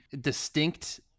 distinct